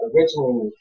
Originally